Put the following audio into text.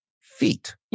feet